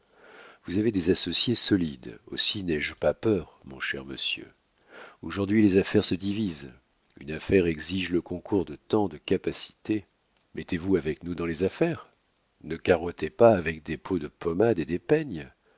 vous avez des associés solides aussi n'ai-je pas peur mon cher monsieur aujourd'hui les affaires se divisent une affaire exige le concours de tant de capacités mettez-vous avec nous dans les affaires ne carottez pas avec des pots de pommade et des peignes